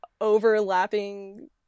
overlapping